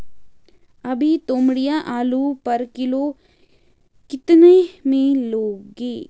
अभी तोमड़िया आलू पर किलो कितने में लोगे?